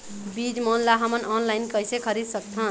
बीज मन ला हमन ऑनलाइन कइसे खरीद सकथन?